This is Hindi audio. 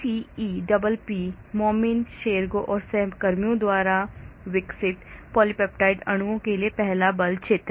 तब ECEPP मोमनी शेरेगा और सहकर्मियों द्वारा विकसित पॉलीपेप्टाइड अणुओं के लिए पहला बल क्षेत्र